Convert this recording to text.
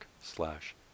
slash